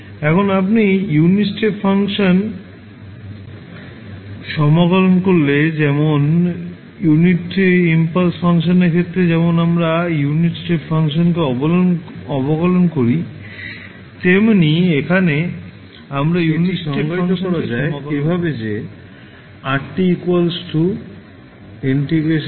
এখন আপনি unit step function কে সমাকলন করলে যেমন ইউনিট ইম্পালস ফাংশনের ক্ষেত্রে যেমন আমরা ইউনিট স্টেপ ফাংশনকে অবকলন করি তেমনই এখানে আমরা ইউনিট স্টেপ ফাংশন কে সমাকলন করছি